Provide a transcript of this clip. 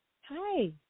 Hi